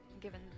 Given